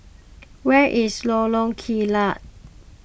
where is Lorong Kilat